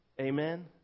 Amen